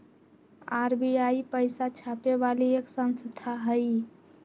RBI पैसा छापे वाली एक संस्था हई